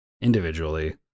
individually